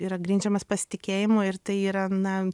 yra grindžiamas pasitikėjimu ir tai yra na